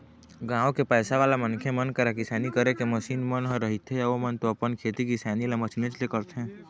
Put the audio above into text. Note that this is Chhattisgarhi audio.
गाँव के पइसावाला मनखे मन करा किसानी करे के मसीन मन ह रहिथेए ओमन तो अपन खेती किसानी ल मशीनेच ले करथे